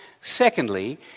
Secondly